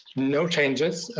no changes,